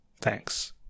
Thanks